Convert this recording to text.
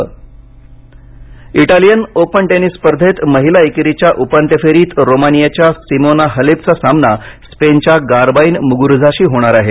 Italian open Italian open tennis स्पर्धेत महिला एकेरीच्या उपांत्य फेरीत रोमानियाच्या सिमोना हलेपचा सामना स्पेनच्या गार्बाईन मुगुरुझाशी आज होणार आहे